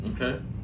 Okay